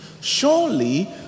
surely